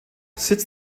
sitz